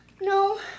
No